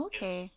Okay